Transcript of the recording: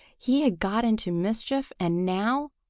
he had got into mischief and now,